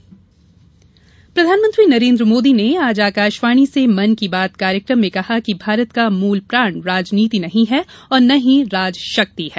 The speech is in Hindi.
मन की बात प्रधानमंत्री नरेंद्र मोदी ने आज आकाशवाणी से मन की बात कार्यक्रम में कहा कि भारत का मूल प्राण राजनीति नही हैं और न ही राजशक्ति है